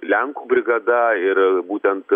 lenkų brigada ir būtent